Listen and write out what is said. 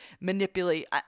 manipulate